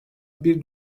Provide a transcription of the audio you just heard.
bir